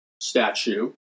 statue